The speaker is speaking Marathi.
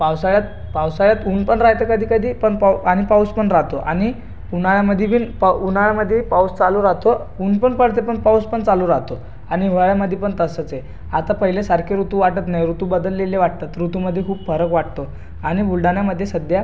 पावसाळ्यात पावसाळ्यात ऊन पण राहते कधी कधी पण पाउ आणि पाऊस पण राहतो आणि उन्हाळ्यामध्ये बिन पाऊ उन्हाळ्यामध्ये पाऊस चालू राअतो ऊन पण पडते पण पाऊस पण चालू राअतो आणि हिवाळ्यामध्ये पण तसंच आहे आता पहिल्यासारखे ऋतू वाटत नाही ऋतू बदललेले वाटतात ऋतूमध्ये खूप फरक वाटतो आणि बुलढाण्यामध्ये सध्या